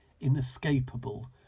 inescapable